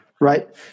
Right